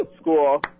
school